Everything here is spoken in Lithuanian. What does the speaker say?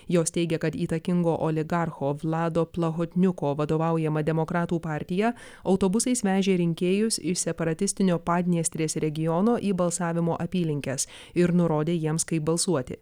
jos teigia kad įtakingo oligarcho vlado plahotniuko vadovaujama demokratų partija autobusais vežė rinkėjus iš separatistinio padniestrės regiono į balsavimo apylinkes ir nurodė jiems kaip balsuoti